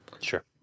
Sure